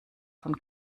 von